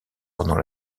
pendant